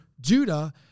Judah